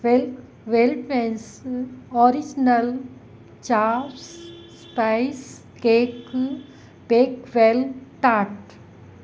वेल well पैस original chops spice केकु pack well टाट